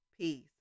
peace